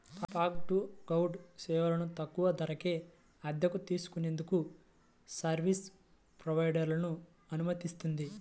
fog to cloud సేవలను తక్కువ ధరకే అద్దెకు తీసుకునేందుకు సర్వీస్ ప్రొవైడర్లను అనుమతిస్తుంది